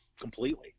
Completely